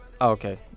okay